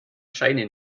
scheine